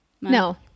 No